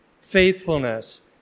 faithfulness